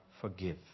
forgive